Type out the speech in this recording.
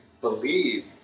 believe